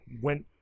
went